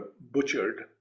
butchered